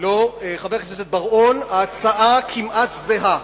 חבר הכנסת בר-און, ההצעה כמעט זהה,